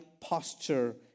posture